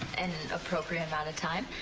appropriate amount of time.